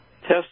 test